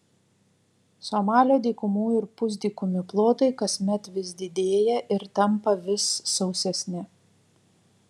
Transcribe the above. somalio dykumų ir pusdykumių plotai kasmet vis didėja ir tampa vis sausesni